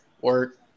work